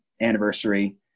anniversary